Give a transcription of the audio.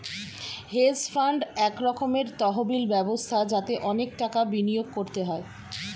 hedge fund এক রকমের তহবিল ব্যবস্থা যাতে অনেক টাকা বিনিয়োগ করতে হয়